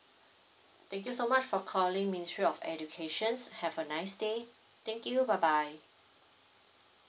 thank you so much for calling ministry of educations have a nice day thank you bye bye